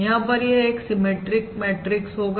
यहां पर यह एक सीमेट्रिक मैट्रिक्स होगा